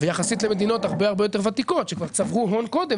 ויחסית למדינות הרבה יותר ותיקות שכבר צברו הון קודם,